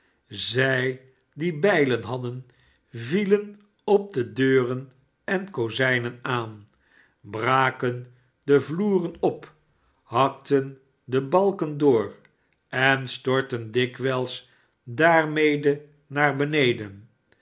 zij die bijlen hadden vielen op de deuren en kozijnen aan braken de vloeren op hakten de balken door en stortten dikwijls daarmede naar beneden